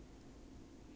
啊对